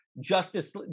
Justice